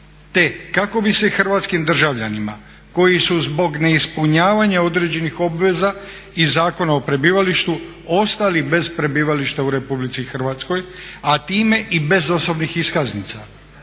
te kako bi se hrvatskim državljanima koji su zbog neispunjavanja određenih obveza i Zakona o prebivalištu ostali bez prebivališta u RH a time i bez osobnih iskaznica